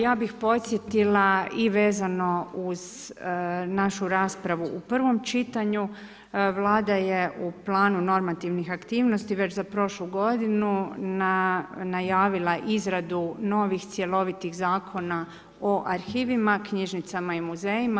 Ja bih podsjetila i vezano uz našu raspravu u prvom čitanju, Vlada je u planu normativnih aktivnosti već za prošlu godinu najavila izradu novih cjelovitih zakona o arhivima knjižnicama i muzejima.